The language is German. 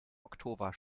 oktober